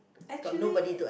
actually